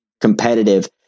competitive